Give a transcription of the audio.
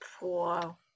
Wow